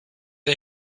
der